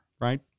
right